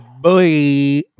boy